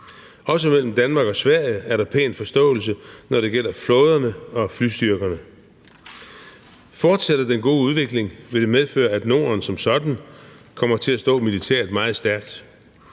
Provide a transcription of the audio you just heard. Også mellem Danmark og Sverige er der pæn forståelse, når det gælder flåderne og flystyrkerne. Fortsætter den gode udvikling, vil det medføre, at Norden som sådan kommer til at stå militært meget stærkt,